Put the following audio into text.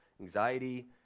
Anxiety